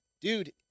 dude